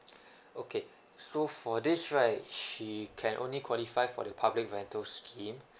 okay so for this right she can only qualify for the public rental scheme